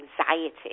anxiety